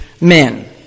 men